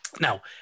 now